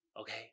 Okay